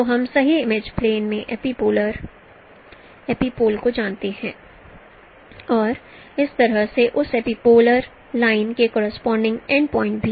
तो हम सही इमेज प्लेन में एपीपोलर एपिपोल को जानते हैं और इस तरह से उस एपीपोलर लाइन के कॉरस्पॉडिंग एंड पॉइंट भी